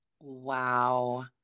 Wow